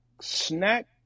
snack